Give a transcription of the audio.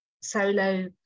solo